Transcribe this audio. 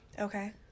Okay